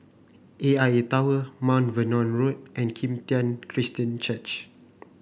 A I A Tower Mount Vernon Road and Kim Tian Christian Church